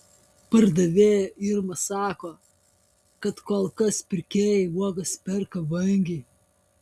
pardavėja irma sako kad kol kas pirkėjai uogas perka vangiai